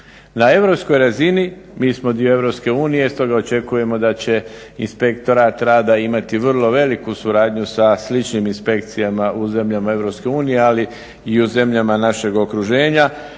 Na europskoj razini mi smo dio EU stoga očekujemo da će inspektorat rada imati vrlo veliku suradnju sa sličnim inspekcijama u zemljama EU ali u zemljama našeg okruženja